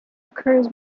occurs